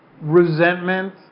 resentment